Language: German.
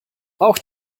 auch